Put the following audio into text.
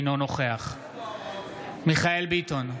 אינו נוכח מיכאל מרדכי ביטון,